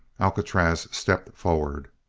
alcatraz stepped forward.